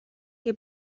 que